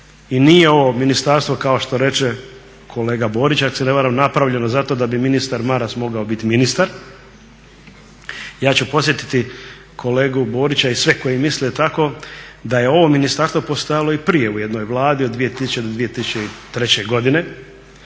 I nije ovo ministarstvo kao što reče kolega Borić, ako se ne varam napravljeno zato da bi ministar Maras mogao biti ministar. Ja ću podsjetiti kolegu Borića i sve koji misle tako da je ovo ministarstvo postojalo i prije u jednoj Vladi od 2000. do 2003. godine,